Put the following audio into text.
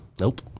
Nope